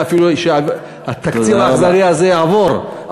התקציב האכזרי הזה יעבור,